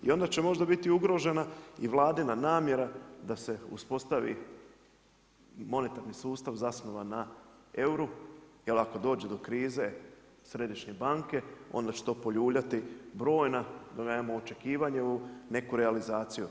I onda će možda biti ugrožena i Vladina namjera da se uspostavi monetarnu sustav zasnovan na euru jer ako dođe do krize Središnje banke onda će to poljuljati brojna očekivanja u neku realizaciju.